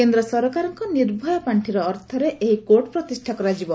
କେନ୍ଦ୍ର ସରକାରଙ୍କ ନିର୍ଭୟା ପାଣ୍ଠିର ଅର୍ଥରେ ଏହି କୋର୍ଟ ପ୍ରତିଷ୍ଠା କରାଯିବ